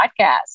podcast